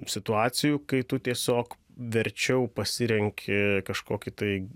situacijų kai tu tiesiog verčiau pasirenki kažkokį tai